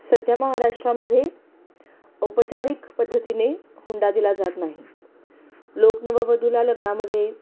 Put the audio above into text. सध्या महाराष्ट्रामध्ये औपचारिक पद्धतीने हुंडा दिला जात नाही लोक नवधूला लग्नामध्ये